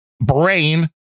brain